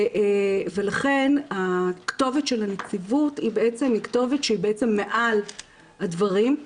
ולכן הכתובת של הנציבות היא בעצם כתובת שמעל הדברים.